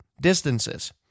distances